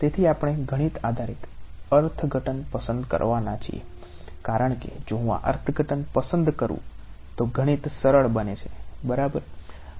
તેથી આપણે ગણિત આધારિત અર્થઘટન પસંદ કરવાના છીએ કારણ કે જો હું આ અર્થઘટન પસંદ કરું તો ગણિત સરળ બને છે બરાબર